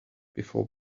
before